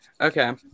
Okay